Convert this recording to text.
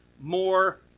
more